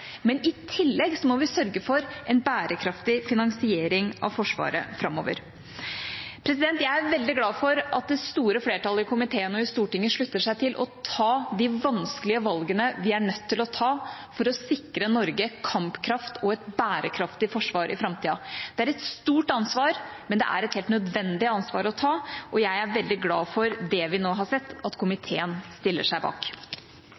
men i tillegg må vi sørge for en bærekraftig finansiering av Forsvaret framover. Jeg er veldig glad for at det store flertallet i komiteen og i Stortinget slutter seg til å ta de vanskelige valgene vi er nødt til å ta for å sikre Norge kampkraft og et bærekraftig forsvar i framtida. Det er et stort ansvar, men det er et helt nødvendig ansvar å ta, og jeg er veldig glad for det vi nå har sett, at komiteen stiller seg bak.